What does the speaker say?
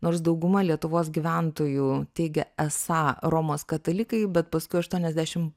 nors dauguma lietuvos gyventojų teigia esą romos katalikai bet paskui aštuoniasdešimt